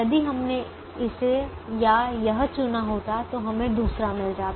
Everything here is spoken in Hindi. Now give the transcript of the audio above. यदि हमने इसे या यह चुना होता तो हमें दूसरा मिल जाता